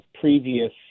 previous –